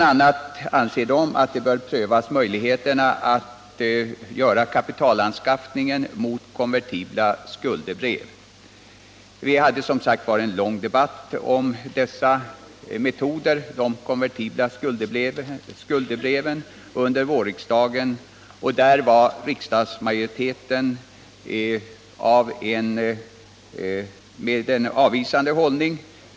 a. anser man att möjligheterna att göra kapitalanskaffningen mot konvertibla skuldebrev bör prövas. Vi förde en lång debatt i våras om metoden med konvertibla skuldebrev, men riksdagens hållning till förslaget var avvisande.